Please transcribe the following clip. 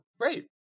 great